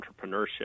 entrepreneurship